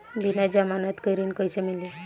बिना जमानत के ऋण कैसे मिली?